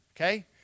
okay